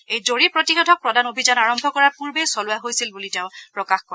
এই জৰীপ প্ৰতিষেধক প্ৰদান অভিযান আৰম্ভ কৰাৰ পূৰ্বেই চলোৱা হৈছিল বুলি তেওঁ প্ৰকাশ কৰে